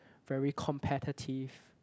very competitive